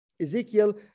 Ezekiel